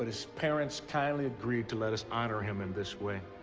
but his parents kindly agreed to let us honor him in this way.